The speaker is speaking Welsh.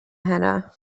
heno